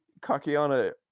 kakiana